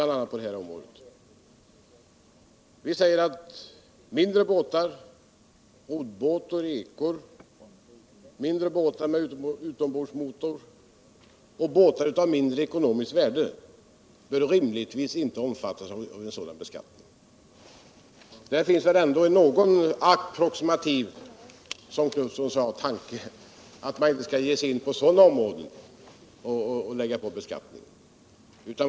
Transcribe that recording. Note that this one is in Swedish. Där sägs: ”Mindre båtar som roddbåtar, ckor, båtar med utombordsmotor och båtar av ett mindre ekonomiskt värde bör rimligtvis inte omfattas av en sådan beskattning!” Detta visar i alla fall någon approximativ, som Göthe Knutson sade, tanke om att man inte skall ge sig in på att beskatta småbåtar.